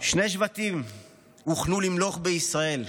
"שני שבטים הוכנו למלוך בישראל,